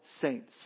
saints